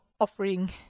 offering